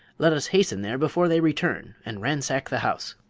let us hasten there before they return and ransack the house.